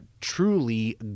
truly